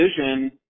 vision